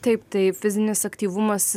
taip tai fizinis aktyvumas